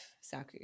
Saku